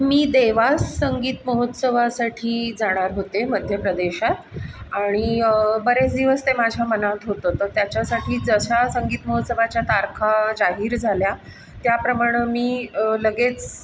मी देवास संगीत महोत्सवासाठी जाणार होते मध्य प्रदेशात आणि बरेच दिवस ते माझ्या मनात होतं तर त्याच्यासाठी जसराज संगीत महोत्सवाच्या तारखा जाहीर झाल्या त्याप्रमाणं मी लगेच